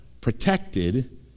protected